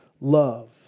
love